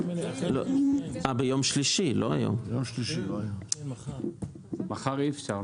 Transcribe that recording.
בעצם יהיה במועד התחילה הסופי של החלק השני אחרי שנה.